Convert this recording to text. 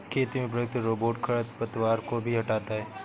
खेती में प्रयुक्त रोबोट खरपतवार को भी हँटाता है